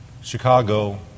Chicago